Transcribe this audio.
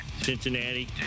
Cincinnati